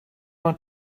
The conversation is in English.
want